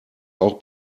auch